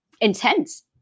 intense